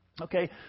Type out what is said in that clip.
Okay